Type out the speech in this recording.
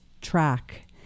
Track